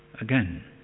again